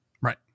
Right